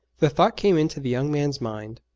the thought came into the young man's mind,